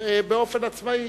באופן עצמאי,